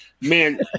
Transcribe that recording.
man